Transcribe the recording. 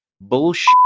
bullshit